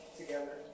together